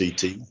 CT